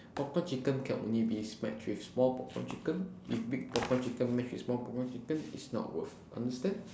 popcorn chicken can only be match with small popcorn chicken if big popcorn chicken match with small popcorn chicken it's not worth understand